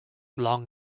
long